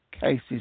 cases